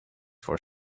for